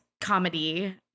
comedy